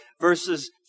verses